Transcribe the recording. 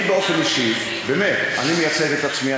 אני באופן אישי, באמת, אני מייצג את עצמי.